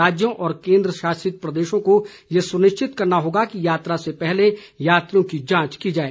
राज्यों और केंद्र शासित प्रदेशों को यह सुनिश्चित करना होगा कि यात्रा से पहले यात्रियों की जांच की जाए